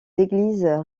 églises